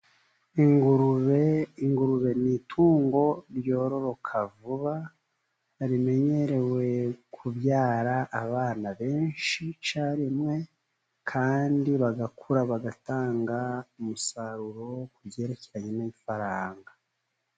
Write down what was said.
Ingurube, ingurube ni itungo ryororoka vuba, rimenyerewe kubyara abana benshi icyarimwe, kandi bagakura, bagatanga umusaruro ku byerekeranye n'ifaranga.